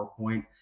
PowerPoint